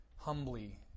Humbly